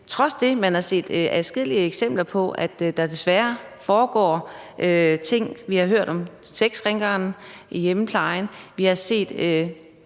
trods af at man har set adskillige eksempler på, at der desværre foregår ting, f.eks. med sexkrænkeren i hjemmeplejen, og vi har